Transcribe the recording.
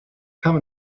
come